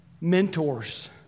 mentors